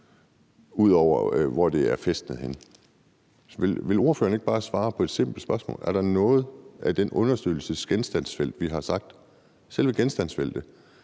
ud over hvor det er forankret henne. Vil ordføreren ikke bare svare på et simpelt spørgsmål: Er der noget i den undersøgelses genstandsfelt – selve genstandsfeltet